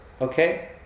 okay